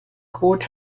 court